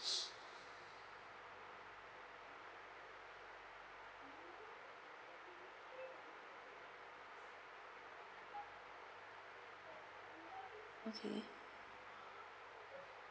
okay